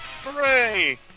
hooray